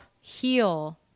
heal